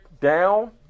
down